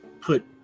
put